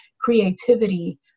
creativity